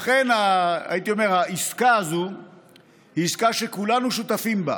לכן העסקה הזו היא עסקה שכולנו שותפים לה,